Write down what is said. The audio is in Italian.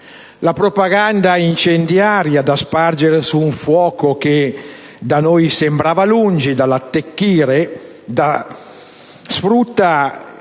La propaganda incendiaria da spargere su un fuoco che da noi sembrava lungi dall'attecchire sfrutta